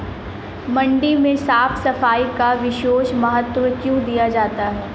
मंडी में साफ सफाई का विशेष महत्व क्यो दिया जाता है?